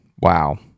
Wow